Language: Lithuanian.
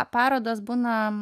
parodos būna